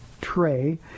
tray